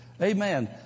Amen